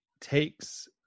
takes